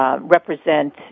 Represent